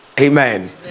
Amen